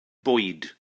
bwyd